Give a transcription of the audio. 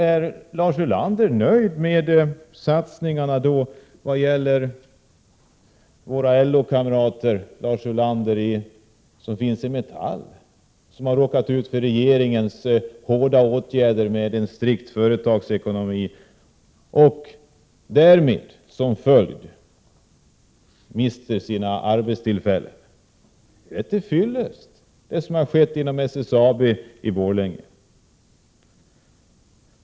Är Lars Ulander nöjd med satsningarna vad gäller våra LO-kamrater i Metall som har råkat ut för regeringens hårda åtgärder med en strikt företagsekonomi och som följd därav mister sina arbeten? Är det till fyllest det som har skett inom SSAB i Borlänge?